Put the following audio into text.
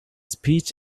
speech